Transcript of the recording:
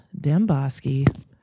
Demboski